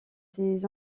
ses